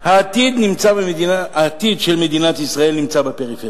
העתיד של מדינת ישראל נמצא בפריפריה.